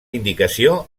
indicació